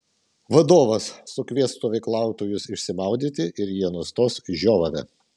vadovas sukvies stovyklautojus išsimaudyti ir jie nustos žiovavę